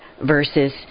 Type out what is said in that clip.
versus